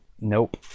nope